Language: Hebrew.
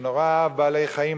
שנורא אהב בעלי-חיים,